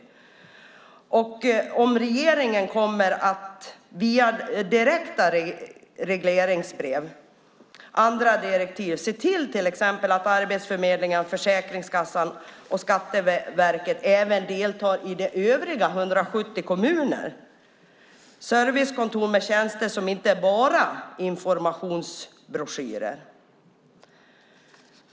Kommer regeringen via direkta regleringsbrev och andra direktiv att se till att Arbetsförmedlingen, Försäkringskassan och Skatteverket även deltar i de övriga 170 kommunerna med servicekontor och tjänster som inte bara är informationsbroschyrer?